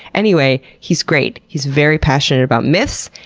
anyway, he's great. he's very passionate about myths,